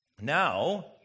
Now